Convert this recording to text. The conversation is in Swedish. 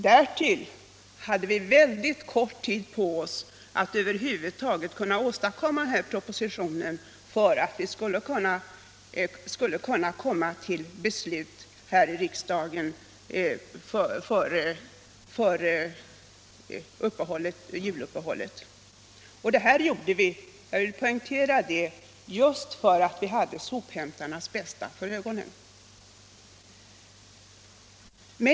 Därtill hade vi väldigt kort tid på oss att över huvud taget kunna åstadkomma denna proposition, för att det skulle komma till beslut här i riksdagen före juluppehållet. Jag vill poängtera att vi gjorde det här just för att vi hade sophämtarnas bästa för ögonen.